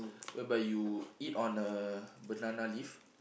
whereby you eat on a banana leaf